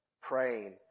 praying